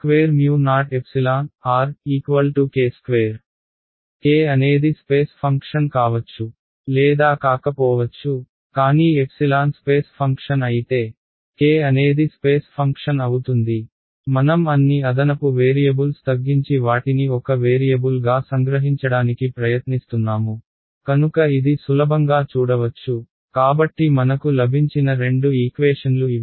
k అనేది space function కావచ్చు లేదా కాకపోవచ్చు కానీ ఎప్సిలాన్ స్పేస్ ఫంక్షన్ అయితే k అనేది స్పేస్ ఫంక్షన్ అవుతుంది మనం అన్ని అదనపు వేరియబుల్స్ తగ్గించి వాటిని ఒక వేరియబుల్గా సంగ్రహించడానికి ప్రయత్నిస్తున్నాము కనుక ఇది సులభంగా చూడవచ్చు కాబట్టి మనకు లభించిన రెండు ఈక్వేషన్లు ఇవి